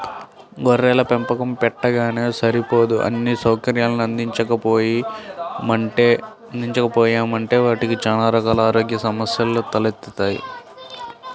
గొర్రెల పెంపకం పెట్టగానే సరిపోదు అన్నీ సౌకర్యాల్ని అందించకపోయామంటే వాటికి చానా రకాల ఆరోగ్య సమస్యెలొత్తయ్